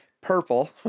purple